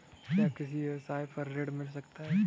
क्या किसी व्यवसाय पर ऋण मिल सकता है?